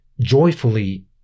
joyfully